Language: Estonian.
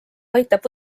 aitab